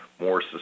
more